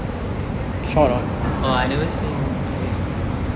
oh I never seen